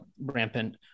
rampant